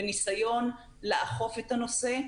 בניסיון לאכוף את הנושא.